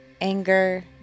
Anger